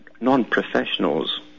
non-professionals